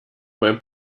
mein